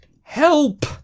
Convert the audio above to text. Help